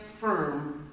firm